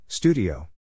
Studio